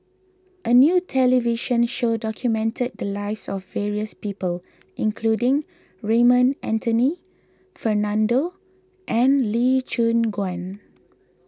a new television show documented the lives of various people including Raymond Anthony Fernando and Lee Choon Guan